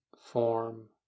form